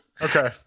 okay